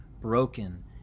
broken